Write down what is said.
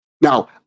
Now